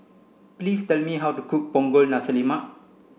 please tell me how to cook Punggol Nasi Lemak